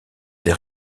ses